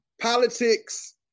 Politics